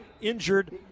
injured